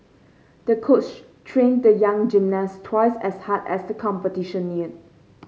the coach trained the young gymnast twice as hard as the competition neared